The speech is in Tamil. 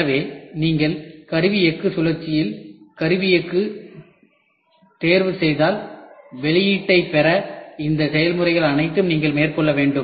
எனவே நீங்கள் கருவி எஃகு சுழற்சியில் கருவி எஃகு தேர்வு செய்ததால் வெளியீட்டைப் பெற இந்த செயல்முறைகள் அனைத்தையும் நீங்கள் மேற்கொள்ள வேண்டும்